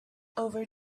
over